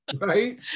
Right